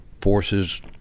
forces